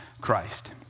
Christ